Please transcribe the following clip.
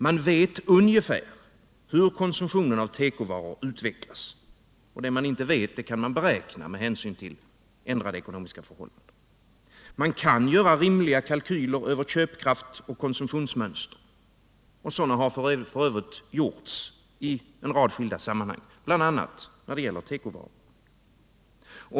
Man vet ungefär hur konsumtionen av tekovaror utvecklas, och det man inte vet kan man beräkna med hänsyn till ändrade ekonomiska förhållanden. Man kan göra rimliga kalkyler över köpkraft och konsumtionsmönster, och sådana har f.ö. redan gjorts i en rad skilda sammanhang, bl.a. när det gäller tekovaror.